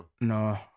No